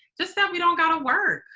just that we don't got to work,